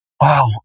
Wow